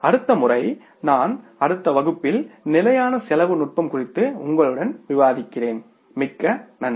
அடுத்த முறை நான் அடுத்த வகுப்பில் நிலையான செலவு நுட்பம் குறித்து உங்களுடன் விவாதிக்கிறேன்மிக்க நன்றி